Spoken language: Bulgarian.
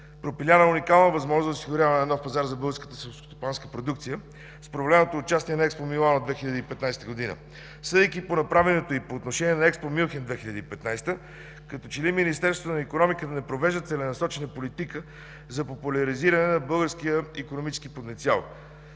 пропиляна уникална възможност за осигуряване на нов пазар на българската селскостопанска продукция с проваленото участие в „Експо Милано 2015 г.”. Съдейки по направеното и по отношение на „Експо Мюнхен 2015 г.”, като че ли Министерството на икономиката не провежда целенасочена политика за популяризирането на българския икономически потенциал.